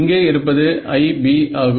இங்கே இருப்பது IB ஆகும்